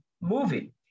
movie